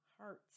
hearts